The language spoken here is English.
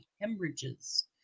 hemorrhages